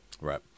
Right